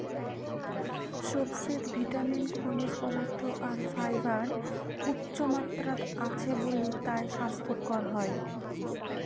সবজিত ভিটামিন, খনিজ পদার্থ আর ফাইবার উচ্চমাত্রাত আছে বুলি তায় স্বাইস্থ্যকর